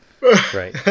right